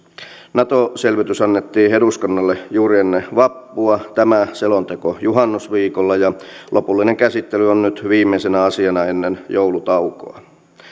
nato selvitys annettiin eduskunnalle juuri ennen vappua tämä selonteko juhannusviikolla ja lopullinen käsittely on nyt viimeisenä asiana ennen joulutaukoa